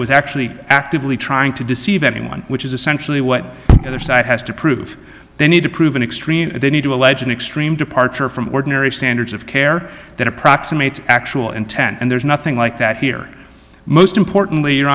was actually actively trying to deceive anyone which is essentially what the other side has to prove they need to prove an extreme they need to allege an extreme departure from ordinary standards of care that approximates actual intent and there's nothing like that here most importantly you